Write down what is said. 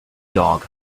dog